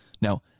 Now